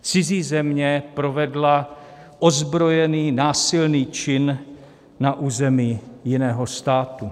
Cizí země provedla ozbrojený, násilný čin na území jiného státu.